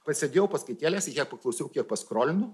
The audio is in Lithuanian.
pasėdėjau paskaitėlėse kiek paklausiau kiek pasrkolinau